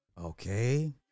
Okay